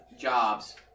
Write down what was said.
jobs